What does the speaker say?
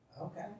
Okay